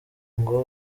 ngo